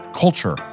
culture